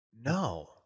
No